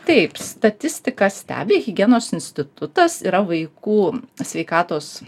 taip statistiką stebi higienos institutas yra vaikų sveikatos